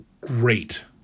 great